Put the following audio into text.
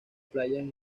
playas